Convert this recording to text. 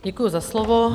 Děkuju za slovo.